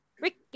Ricky